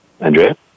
Andrea